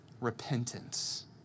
repentance